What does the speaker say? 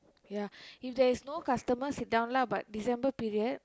ya if there is no customer sit down lah but December period